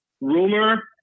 Rumor